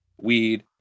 weed